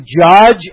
judge